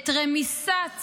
את רמיסת